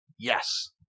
Yes